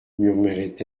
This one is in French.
murmurait